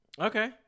Okay